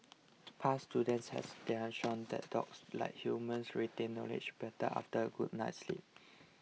past has shown that dogs like humans retain knowledge better after a good night's sleep